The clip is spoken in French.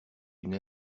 une